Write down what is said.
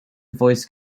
voice